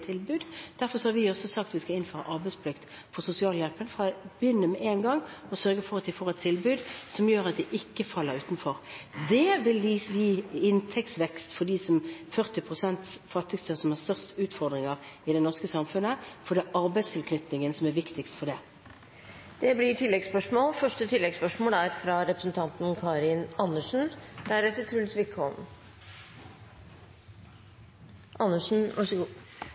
tilbud. Derfor har vi også sagt at vi skal innføre arbeidsplikt for mottakere av sosialhjelp, for da begynner vi med en gang å sørge for at de får et tilbud som gjør at de ikke faller utenfor. Det vil gi inntektsvekst for de 40 pst. fattigste som har størst utfordringer i det norske samfunnet, for det er arbeidstilknytningen som er viktigst når det gjelder det. Det blir